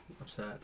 upset